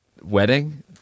wedding